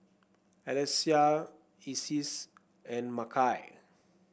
Alecia Isis and Makai